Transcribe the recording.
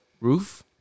roof